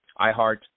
iHeart